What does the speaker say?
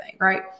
right